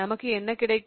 நமக்கு என்ன கிடைக்கும்